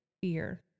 fear